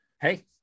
Hey